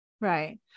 Right